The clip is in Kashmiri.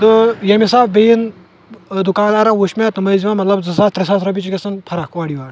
تہٕ بیٚیِن دُکاندارَن وٕچھ مےٚ تٕم ٲسۍ دِوان مطلب زٕ ساس ترٛےٚ ساس رۄپیہِ چھِ گژھان فرق اورٕ یور